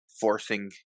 forcing